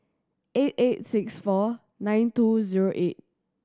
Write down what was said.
eight eight six four nine two zero eight